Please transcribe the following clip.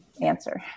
answer